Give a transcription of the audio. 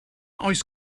oes